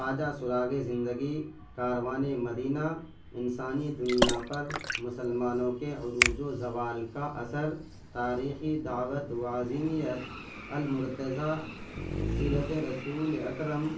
تازہ سراغِ زندگی کاروانِ مدینہ انسانی دنیا پر مسلمانوں کے عروج و زوال کا اثر تاریخی دعوت وعظیمیت المرتضیٰ سیرت رسول اکرم